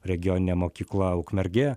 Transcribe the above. regioninė mokykla ukmergė